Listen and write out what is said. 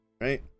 right